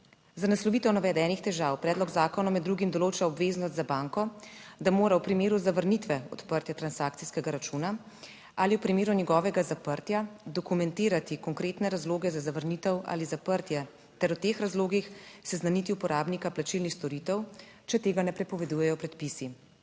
Za naslovitev navedenih težav predlog zakona med drugim določa obveznost za banko, da mora v primeru zavrnitve odprtja transakcijskega računa ali v primeru njegovega zaprtja dokumentirati konkretne razloge za zavrnitev ali zaprtje ter o teh razlogih seznaniti uporabnika plačilnih storitev, če tega ne prepovedujejo predpisi.